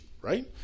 right